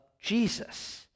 Jesus